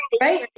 right